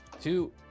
Two